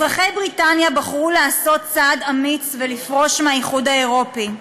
אזרחי בריטניה בחרו לעשות צעד אמיץ ולפרוש מהאיחוד האירופי.